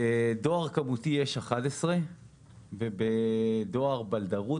בדואר כמותי יש 11 ובדואר בלדרות,